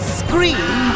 scream